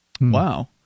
Wow